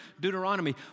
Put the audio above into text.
Deuteronomy